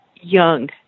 young